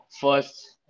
first